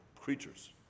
creatures